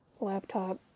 laptop